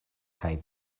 kaj